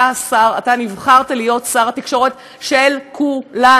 אתה השר, אתה נבחרת להיות שר התקשורת של כו-ל-נו.